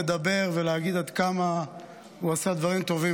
לדבר ולהגיד עד כמה הוא עשה דברים טובים.